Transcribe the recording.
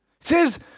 says